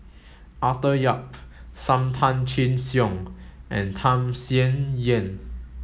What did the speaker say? Arthur Yap Sam Tan Chin Siong and Tham Sien Yen